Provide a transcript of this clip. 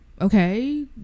okay